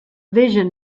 vision